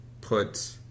put